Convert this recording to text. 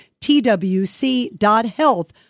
twc.health